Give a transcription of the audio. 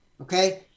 Okay